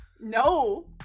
No